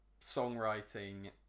songwriting